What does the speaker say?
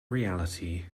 reality